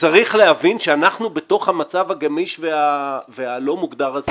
צריך להבין שאנחנו בתוך המצב הגמיש והלא מוגדר הזה